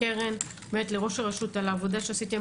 לקרן פטל ולראש הרשות על העבודה שעשיתם.